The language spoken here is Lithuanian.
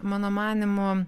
mano manymu